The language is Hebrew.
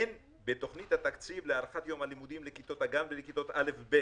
אין בתוכנית תקציב להארכת יום הלימודים לכיתות הגן ולכיתות א'-ב',